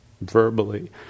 verbally